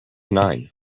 nine